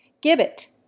Gibbet